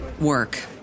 work